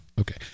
okay